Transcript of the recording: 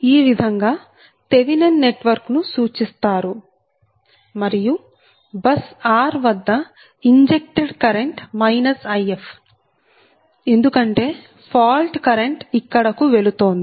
ఈ విధంగా Thevenin network ను సూచిస్తారు మరియు బస్ r వద్ద ఇంజెక్ట్డ్ కరెంట్ If ఎందుకంటే ఫాల్ట్ కరెంట్ ఇక్కడకు వెళుతోంది